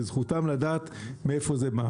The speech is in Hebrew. וזכותם לדעת מאיפה זה בא.